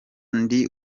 ndi